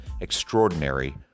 extraordinary